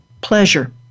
pleasure